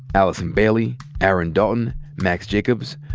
allison bailey, aaron dalton, max jacobs,